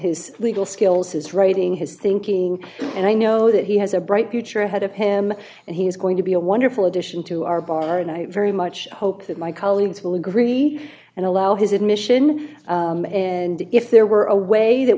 his legal skills his writing his thinking and i know that he has a bright future ahead of him and he is going to be a wonderful addition to our bar and i very much hope that my colleagues will agree and allow his admission and if there were a way that